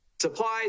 supplies